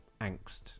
angst